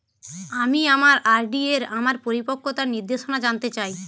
আমি আমার আর.ডি এর আমার পরিপক্কতার নির্দেশনা জানতে চাই